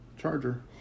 Charger